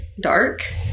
dark